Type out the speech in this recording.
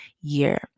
year